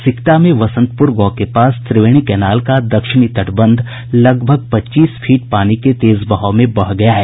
सिकटा में वसंतपूर गांव के पास त्रिवेणी केनाल का दक्षिणी तटबंध लगभग पच्चीस फीट पानी के तेज बहाव में बह गया है